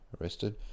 arrested